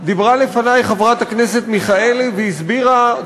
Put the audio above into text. דיברה לפני חברת הכנסת מיכאלי והסבירה,